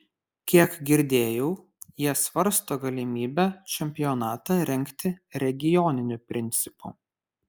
kiek girdėjau jie svarsto galimybę čempionatą rengti regioniniu principu